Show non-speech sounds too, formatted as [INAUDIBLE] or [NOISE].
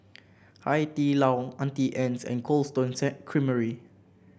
Hai Di Lao Auntie Anne's and Cold Stone [UNINTELLIGIBLE] Creamery